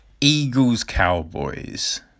Eagles-Cowboys